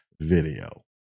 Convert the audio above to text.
video